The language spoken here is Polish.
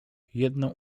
jedno